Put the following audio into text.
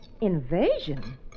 Invasion